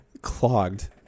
clogged